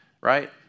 right